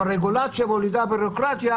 אבל רגולציה מולידה ביורוקרטיה,